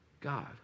God